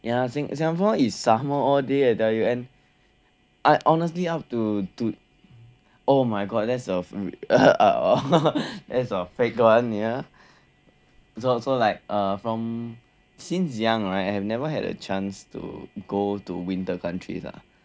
ya Singapore is summer all day I tell you and I honestly up to to oh my god that's a fake [one] ya it's also like from since young I have never had a chance to go to winter countries lah